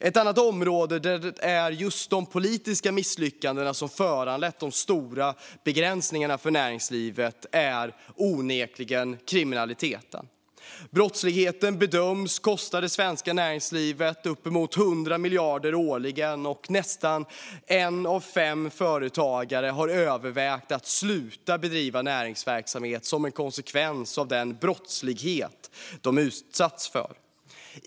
Ett annat område där det är politiska misslyckanden som föranlett stora begränsningar för näringslivet är onekligen kriminaliteten. Brottsligheten bedöms kosta det svenska näringslivet uppemot 100 miljarder årligen. Nästan var femte företagare har övervägt att sluta bedriva näringsverksamhet som en konsekvens av den brottslighet de utsatts för.